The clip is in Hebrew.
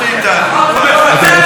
אתם רוצים שאני אדבר בעל פה,